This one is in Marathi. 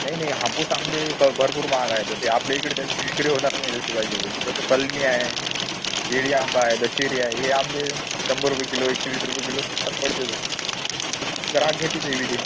नाही नाही हापूस आंबे खर भरपूर महाग आहेत ते आपल्या इकडे त्यांची विक्री होणारच नाही जशी पाहिजे तशी जसे कलमी आहे इडी आंबा आहे दशेरी आहे हे आंबे शंभर रुपये किलो एकशे वीस रुपये किलो स्वस्तात पडतात आणि ग्राहक घेतीत ते भी ते